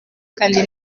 kandi